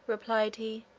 replied he,